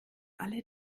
alle